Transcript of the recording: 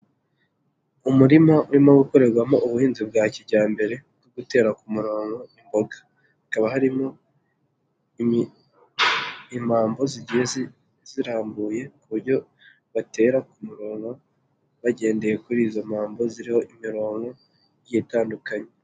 Umurima urimo gukorerwamo ubuhinzi bwa kijyambere bwo gutera ku murongo imboga, hakaba harimo imambo zigeye zirambuye ku buryo batera ku murongo bagendeye kuri izo mambo ziriho imirongo itandukanye.